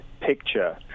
picture